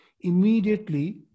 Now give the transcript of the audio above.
immediately